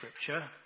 Scripture